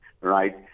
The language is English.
right